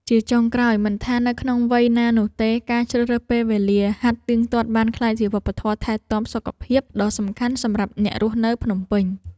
ជាចុងក្រោយ មិនថានៅក្នុងវ័យណានោះទេ ការជ្រើសរើសពេលវេលាហាត់ទៀងទាត់បានក្លាយជាវប្បធម៌ថែទាំសុខភាពដ៏សំខាន់សម្រាប់អ្នករស់នៅភ្នំពេញ។